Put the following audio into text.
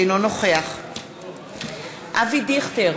אינו נוכח אבי דיכטר,